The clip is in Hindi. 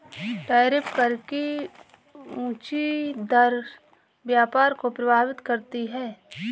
टैरिफ कर की ऊँची दर व्यापार को प्रभावित करती है